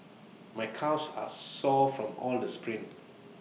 my calves are sore from all the sprints